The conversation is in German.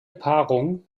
paarung